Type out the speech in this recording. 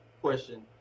question